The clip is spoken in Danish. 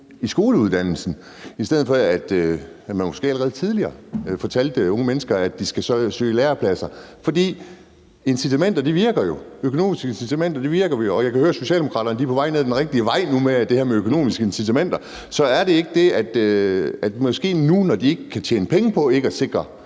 i skoleuddannelsen, i stedet for at man måske allerede tidligere fortalte unge mennesker, at de skal søge lærepladser. For incitamenter virker jo. Økonomiske incitamenter virker, og jeg kan høre, at Socialdemokraterne er på vej ned ad den rigtige vej nu i forhold til det her med økonomiske incitamenter. Så er det ikke sådan, at vi måske nu, når de ikke kan tjene penge på ikke at sikre,